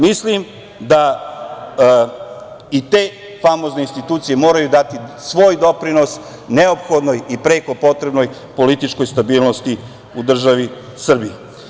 Mislim da i te famozne institucije moraju dati svoj doprinos neophodnoj i preko potrebnoj političkoj stabilnosti u državi Srbiji.